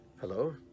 hello